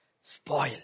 spoil